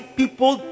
people